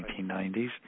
1990s